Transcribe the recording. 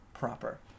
Proper